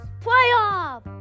Playoff